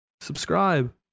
subscribe